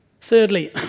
Thirdly